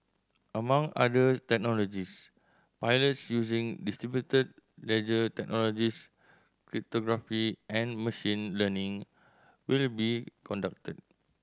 among other technologies pilots using distributed ledger technologies cryptography and machine learning will be conducted